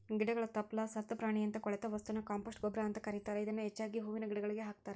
ಗಿಡಗಳ ತಪ್ಪಲ, ಸತ್ತ ಪ್ರಾಣಿಯಂತ ಕೊಳೆತ ವಸ್ತುನ ಕಾಂಪೋಸ್ಟ್ ಗೊಬ್ಬರ ಅಂತ ಕರೇತಾರ, ಇದನ್ನ ಹೆಚ್ಚಾಗಿ ಹೂವಿನ ಗಿಡಗಳಿಗೆ ಹಾಕ್ತಾರ